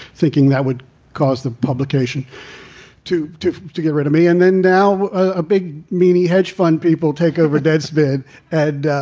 thinking that would cause the publication to to to get rid of me. and then now a big meanie hedge fund people take over dad's deadspin ad